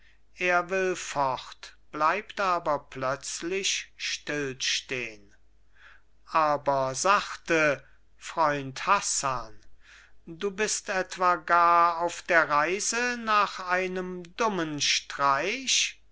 er will fort bleibt aber plötzlich still stehn aber sachte freund hassan du bist etwa gar auf der reise nach einem dummen streich